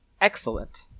excellent